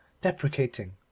deprecating